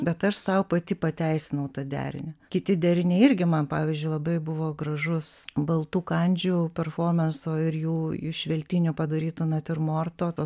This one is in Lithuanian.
bet aš sau pati pateisinau tą derinį kiti deriniai irgi man pavyzdžiui labai buvo gražus baltų kandžių performanso ir jų iš veltinių padaryto natiurmorto tos